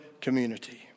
community